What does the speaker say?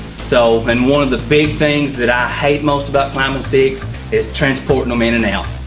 so, and one of the big things that i hate most about climbing sticks is transporting them in and out.